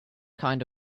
kind